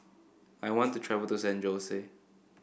I want to travel to San Jose